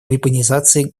вепонизации